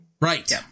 Right